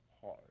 hard